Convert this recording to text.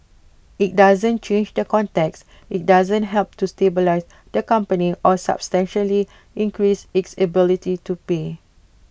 IT doesn't change the context IT doesn't help to stabilise the company or substantially increase its ability to pay